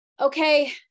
okay